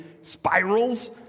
spirals